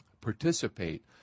participate